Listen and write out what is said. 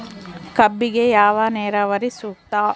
ಕಬ್ಬಿಗೆ ಯಾವ ನೇರಾವರಿ ಸೂಕ್ತ?